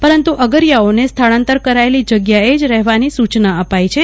પરંતુ અગરિગાઓને સ્થળાંતર કરાયેલી જગ્યાએ જ રહવાની સુચના અપાઈ છે